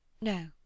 no